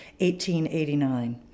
1889